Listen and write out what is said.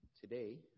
today